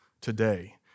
today